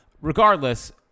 regardless